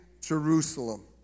Jerusalem